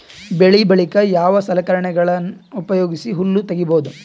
ಬೆಳಿ ಬಳಿಕ ಯಾವ ಸಲಕರಣೆಗಳ ಉಪಯೋಗಿಸಿ ಹುಲ್ಲ ತಗಿಬಹುದು?